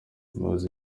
umuyobozi